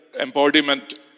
Embodiment